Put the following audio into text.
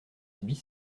huit